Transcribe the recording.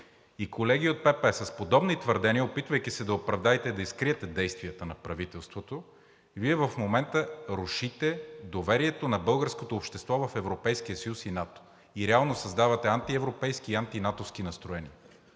Колеги от ПП, с подобни твърдения, опитвайки се да оправдаете и да скриете действията на правителството, Вие в момента рушите доверието на българското общество в Европейския съюз и НАТО и реално създавате антиевропейски и антинатовски настроения.